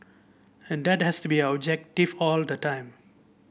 and that has to be our objective all the time